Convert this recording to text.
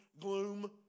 gloom